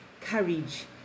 courage